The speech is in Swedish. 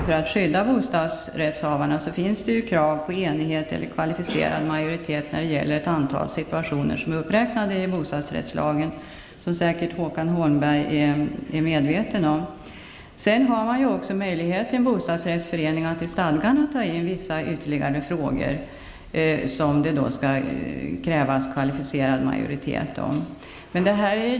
För att skydda bostadsrättshavarna finns det ju dessutom krav på enighet eller kvalificerad majoritet när det gäller det antal situationer som finns uppräknade i bostadsrättslagen, vilket Håkan Holmberg säkert är medveten om. Vidare har man i en bostadsrättsförening möjlighet att i stadgarna ta in ytterligare bestämmelser om krav på majoritet när det gäller vissa frågor.